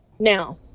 Now